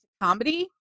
comedy